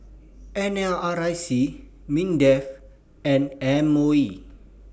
N L R I C Mindef and M O E